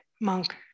monk